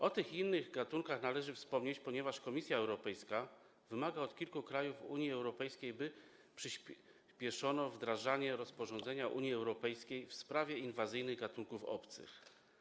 O tych i innych gatunkach należy wspomnieć, ponieważ Komisja Europejska wymaga od kilku krajów Unii Europejskiej, by przyspieszyły wdrażanie rozporządzenia Unii Europejskiej w sprawie inwazyjnych gatunków obcych.